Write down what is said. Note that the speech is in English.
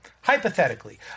hypothetically